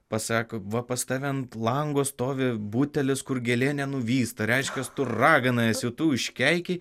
pasako va pas tave ant lango stovi butelis kur gėlė nenuvysta reiškias tu ragana esi tu užkeikei